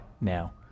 now